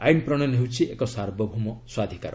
ଆଇନ ପ୍ରଣୟନ ହେଉଛି ଏକ ସାର୍ବଭୌମ ସ୍ୱାଧିକାର